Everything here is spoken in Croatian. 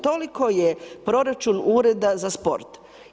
Toliko je proračun Ureda za sport.